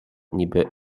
niby